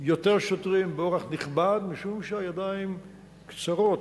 יותר שוטרים, באורח נכבד, משום שהידיים קצרות.